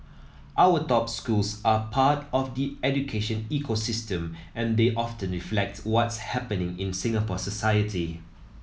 our top schools are part of the education ecosystem and they often reflect what's happening in Singapore society